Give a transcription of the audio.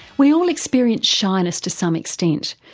we all experience shyness to some extent,